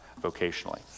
vocationally